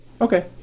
Okay